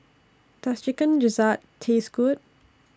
Does Chicken Gizzard Taste Good